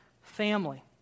family